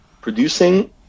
producing